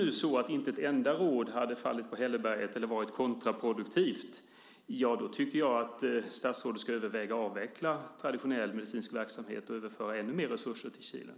Om inte ett enda råd har fallit på hälleberget eller varit kontraproduktivt tycker jag att statsrådet ska överväga att avveckla traditionell medicinsk verksamhet och överföra ännu mer resurser till Kilen.